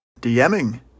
DMing